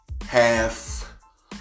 half